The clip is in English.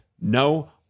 no